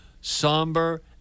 somber